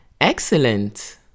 Excellent